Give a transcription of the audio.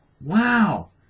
Wow